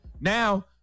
Now